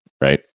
right